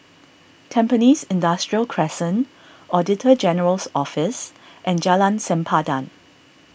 Tampines Industrial Crescent Auditor General's Office and Jalan Sempadan